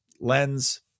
lens